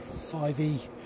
5E